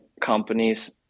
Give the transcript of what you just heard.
companies